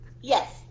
Yes